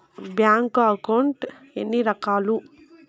bank account ఎన్ని రకాలు